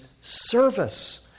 service